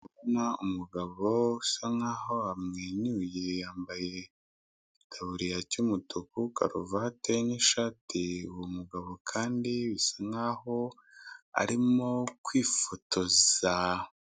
Ndi kubona umugabo usa nkaho amwenyuye yambaye igitaburiya cy'umutuku karuvati n'ishati, uwo mugabo kandi bisa nkaho arimo kwifotoza.